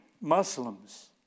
Muslims